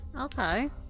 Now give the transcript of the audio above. Okay